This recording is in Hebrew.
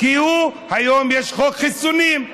היום יש חוק חיסונים,